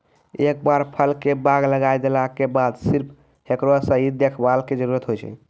एक बार फल के बाग लगाय देला के बाद सिर्फ हेकरो सही देखभाल के जरूरत होय छै